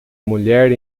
mulher